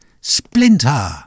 splinter